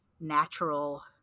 natural